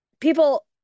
people